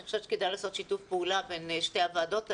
אני חושבת שכדאי לעשות שיתוף פעולה בין שתי הוועדות האלה.